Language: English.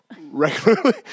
Regularly